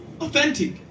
authentic